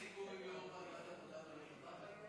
יש סיכום עם יושב-ראש ועדת העבודה והרווחה בעניין הזה?